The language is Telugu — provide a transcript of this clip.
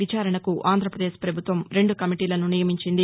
విచారణకు ఆంధ్రప్రదేశ్ ప్రభుత్వం రెండు కమిటీలను నియమించింది